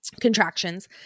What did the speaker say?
contractions